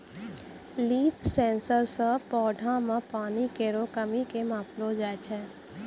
leaf sensor सें पौधा म पानी केरो कमी क मापलो जाय छै